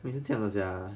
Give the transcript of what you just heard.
每次这样的 sia